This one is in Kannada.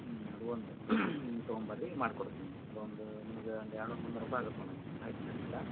ಹ್ಞೂ ಅದು ಒಂದು ತಗೋಂಬನ್ರಿ ಮಾಡ್ಕೊಡ್ತೀನಿ ನಿಮ್ಮ ಅದೊಂದು ನಿಮ್ಗೆ ಒಂದು ಎರಡುನೂರು ಮುನ್ನೂರು ರುಪಾಯಿ ಆಗುತ್ತೆ ನೋಡಮ್ಮ ಆಯ್ತು ನಡೀತದೆ